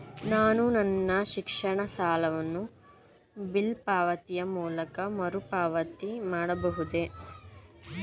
ನಾನು ನನ್ನ ಶಿಕ್ಷಣ ಸಾಲವನ್ನು ಬಿಲ್ ಪಾವತಿಯ ಮೂಲಕ ಮರುಪಾವತಿ ಮಾಡಬಹುದೇ?